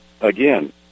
Again